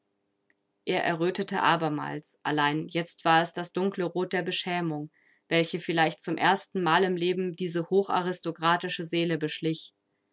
er errötete abermals allein jetzt war es das dunkle rot der beschämung welche vielleicht zum erstenmal im leben diese hocharistokratische seele beschlich